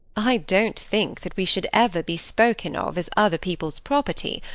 i don't think that we should ever be spoken of as other people's property.